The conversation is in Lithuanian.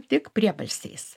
tik priebalsiais